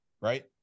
right